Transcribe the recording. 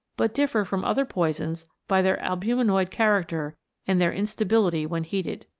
but differ from other poisons by their albuminoid character and their instability when heated.